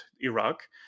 Iraq